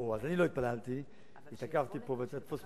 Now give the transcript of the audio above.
תוותר על התענוג הזה לומר את זה פה עכשיו.